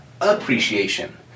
appreciation